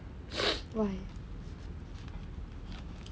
why